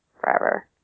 forever